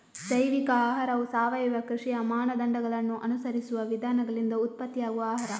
ಜೈವಿಕ ಆಹಾರವು ಸಾವಯವ ಕೃಷಿಯ ಮಾನದಂಡಗಳನ್ನ ಅನುಸರಿಸುವ ವಿಧಾನಗಳಿಂದ ಉತ್ಪತ್ತಿಯಾಗುವ ಆಹಾರ